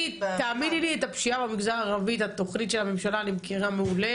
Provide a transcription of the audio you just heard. את התוכנית של הממשלה למיגור הפשיעה במגזר הערבי אני מכירה מעולה,